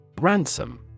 Ransom